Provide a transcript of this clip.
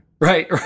right